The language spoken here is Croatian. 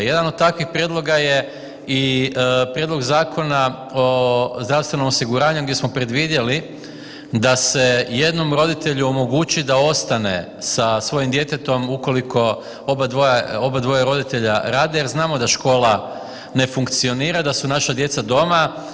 Jedan od takvih prijedloga je i Prijedlog zakona o zdravstvenom osiguranju gdje smo predvidjeli da se jednom roditelju omogući da ostane sa svojim djetetom ukoliko obadvoje roditelja rade jer znamo da škola ne funkcionira, da su naša djeca doma.